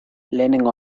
lehenengo